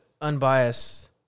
unbiased –